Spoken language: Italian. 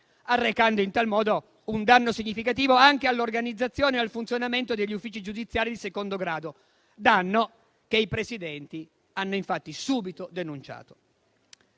arrecando in tal modo un danno significativo anche all'organizzazione e al funzionamento degli uffici giudiziari di secondo grado (danno che i presidenti hanno infatti subito denunciato).